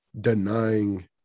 denying